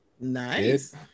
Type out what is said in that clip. Nice